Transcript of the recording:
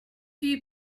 die